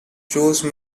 jose